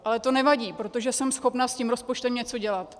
Ale to nevadí, protože jsem schopna s tím rozpočtem něco dělat.